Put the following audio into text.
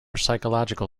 psychological